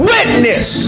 Witness